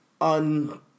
on